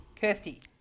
Kirsty